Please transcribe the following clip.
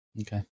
Okay